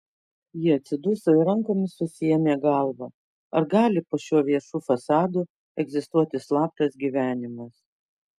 ji atsiduso ir rankomis susiėmė galvą ar gali po šiuo viešu fasadu egzistuoti slaptas gyvenimas